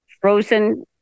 frozen